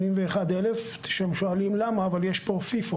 81,000. יש פה פיפו,